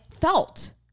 felt